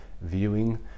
viewing